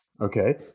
okay